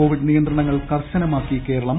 Covid നിയന്ത്രണങ്ങൾ കർശനമാക്കി കേരളം